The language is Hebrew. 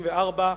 94),